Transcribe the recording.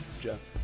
Jeff